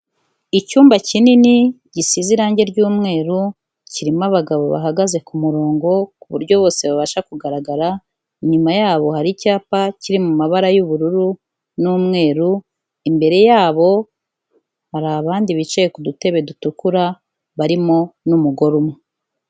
Icyumba kinini gisize irangi ry'umweru, kirimo abagabo bahagaze ku murongo ku buryo bose babasha kugaragara, inyuma yabo hari icyapa kiri mu mabara y'ubururu n'umweru, imbere yabo hari abandi bicaye ku dutebe dutukura barimo n'umugore umwe.